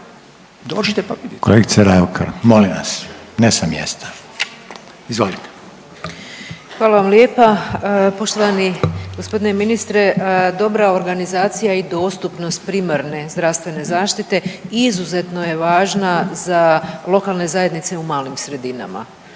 Kolegice Raukar molim vas, ne sa mjesta. **Bedeković, Vesna (HDZ)** Hvala vam lijepa. Poštovani gospodine ministre dobra organizacija i dostupnost primarne zdravstvene zaštite izuzetno je važna za lokalne zajednice u malim sredinama.